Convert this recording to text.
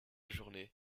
journée